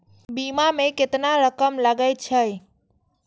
बीमा में केतना रकम लगे छै?